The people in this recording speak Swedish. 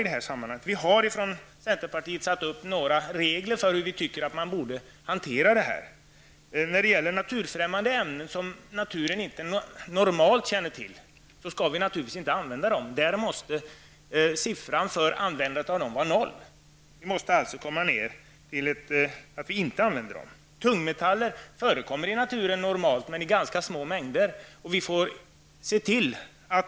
Från centerpartiet sida har vi satt upp några regler för hur vi tycker att detta borde hanteras. Naturfrämmande ämnen -- som naturen normalt inte känner till -- skall naturligtvis inte användas. Siffran för användningen av dem skall vara noll. Tungmetaller förekommer normalt i naturen men i ganska små mängder.